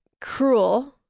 cruel